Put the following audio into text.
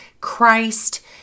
Christ